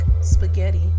spaghetti